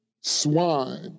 swine